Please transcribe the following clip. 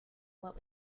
what